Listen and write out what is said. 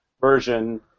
version